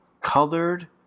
colored